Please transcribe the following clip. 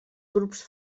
grups